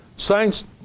Saints